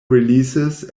releases